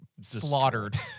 slaughtered